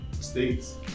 states